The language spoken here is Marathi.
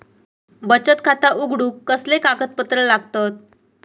बचत खाता उघडूक कसले कागदपत्र लागतत?